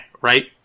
right